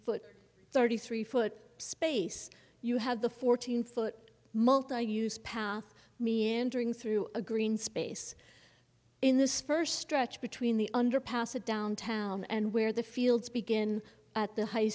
foot thirty three foot space you had the fourteen foot multiuse path meandering through a green space in this first stretch between the underpass a downtown and where the fields begin at the high